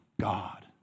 God